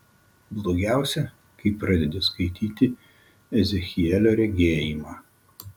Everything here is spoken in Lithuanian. blogiausia kai pradedi skaityti ezechielio regėjimą